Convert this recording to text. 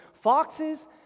foxes